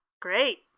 great